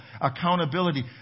accountability